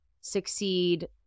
succeed